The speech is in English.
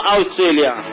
Australia